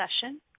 session